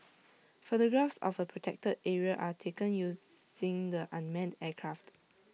photographs of A protected area are taken using the unmanned aircraft